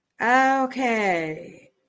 Okay